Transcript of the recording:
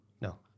No